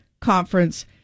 Conference